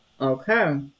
okay